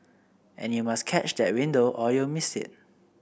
and you must catch that window or you'll miss it